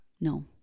No